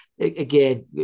Again